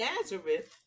Nazareth